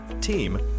team